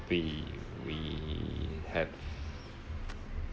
we we have